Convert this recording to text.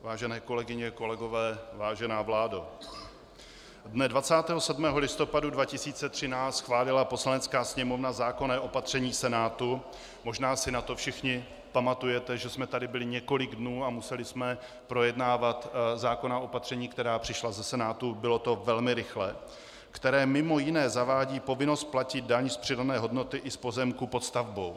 Vážené kolegyně, kolegové, vážená vládo, dne 27. listopadu 2013 schválila Poslanecká sněmovna zákonné opatření Senátu možná si na to všichni pamatujete, že jsme tady byli několik dnů a museli jsme projednávat zákonná opatření, která přišla ze Senátu, bylo to velmi rychlé , které mimo jiné zavádí povinnost platit daň z přidané hodnoty i z pozemku pod stavbou.